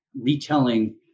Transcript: retelling